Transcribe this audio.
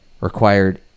required